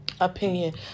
Opinion